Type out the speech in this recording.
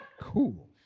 Cool